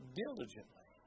diligently